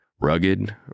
Rugged